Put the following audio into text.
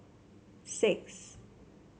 six